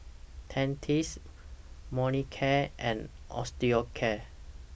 Dentiste Molicare and Osteocare